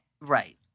Right